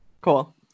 cool